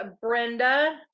brenda